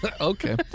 Okay